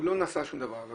הוא לא עשה שום דבר, אבל